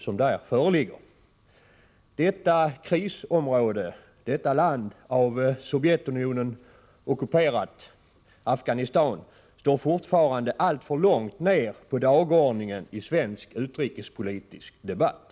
Landet i fråga, det gäller Afghanistan, som är ockuperat av Sovjetunionen, står fortfarande alltför långt ned på dagordningen i svensk utrikespolitisk debatt.